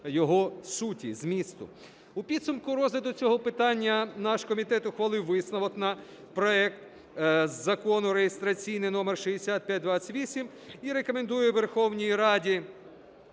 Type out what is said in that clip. його суті, змісту. У підсумку розгляду цього питання наш комітет ухвалив висновок на проект Закону (реєстраційний номер 6528) і рекомендує Верховній Раді